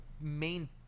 main